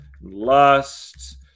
lust